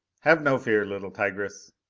have no fear, little tigress.